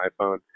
iPhone